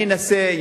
אני אנסה,